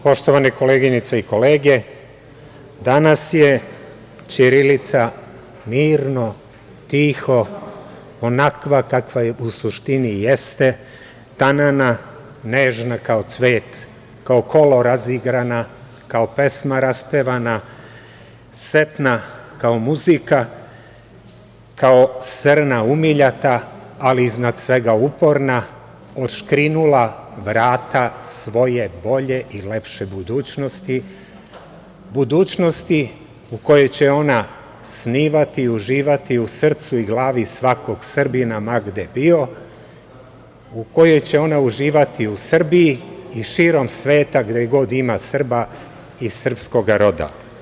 Poštovane koleginice i kolege, danas je ćirilica mirna, tiha, onakva u suštini jeste, tanana, nežna kao cvet, kao kolo razigrana, kao pesma raspevana, setna kao muzika, kao srna umiljata, ali iznad svega uporna otškrinula vrata svoje bolje i lepše budućnosti, budućnosti u kojoj će ona snivati i uživati u srcu i u glavi svakog Srbina ma gde bio, u kojoj će ona uživati u Srbiji i širom sveta gde god ima Srba i srpskoga roda.